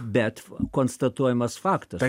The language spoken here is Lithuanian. bet konstatuojamas faktas